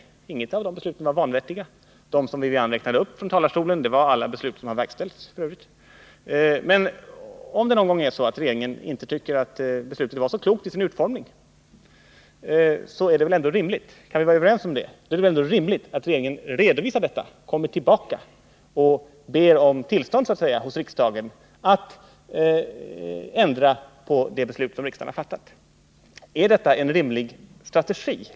Alla de beslut som Wivi-Anne Cederqvist räknade upp har f. ö. verkställts. Men kan viinte vara överens om att det, om regeringen någon gång tycker att ett beslut inte är så klokt utformat, är rimligt att regeringen begär tillstånd hos riksdagen att ändra det beslut som riksdagen fattade?